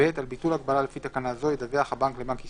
(ב)על ביטול הגבלה לפי תקנה זו ידווח הבנק לבנק ישראל,